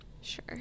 Sure